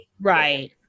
right